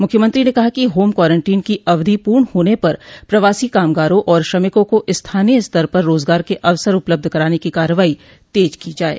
मुख्यमंत्री ने कहा कि होम क्वारेंटीन की अवधि पूर्ण होने पर प्रवासी कामगारों और श्रमिकों को स्थानीय स्तर पर रोजगार के अवसर उपलब्ध कराने की कार्रवाई तेज की जाये